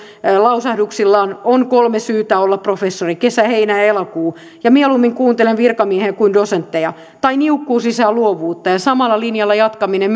lausahduksillaan on kolme syytä olla professori kesä heinä ja elokuu ja mieluummin kuuntelen virkamiehiä kuin dosentteja tai niukkuus lisää luovuutta ja samalla linjalla jatkaminen